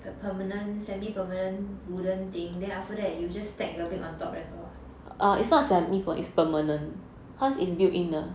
the permanent semi permanent wooden thing then after that you just stack your bed on top that's all ah